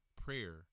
prayer